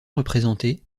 représentée